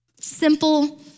Simple